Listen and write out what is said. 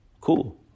Cool